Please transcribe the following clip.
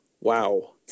Wow